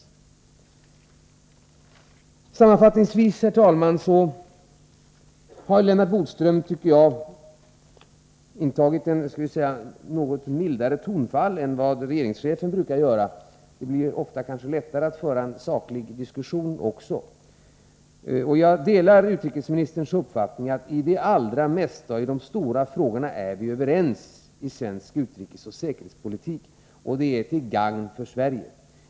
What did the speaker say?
Sammanfattningsvis, herr talman, har Lennart Bodström antagit ett något mildare tonfall än vad regeringschefen brukar göra. Det blir då ofta också lättare att föra en saklig diskussion. Jag delar utrikesministerns uppfattning att vi är överens om det allra mesta och om de stora frågorna i svensk utrikesoch säkerhetspolitik, och det är till gagn för Sverige.